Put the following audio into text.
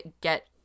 get